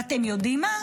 ואתם יודעים מה,